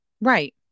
Right